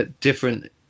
different